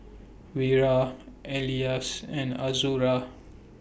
Wira Elyas and Azura